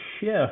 shift